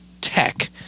tech